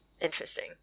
interesting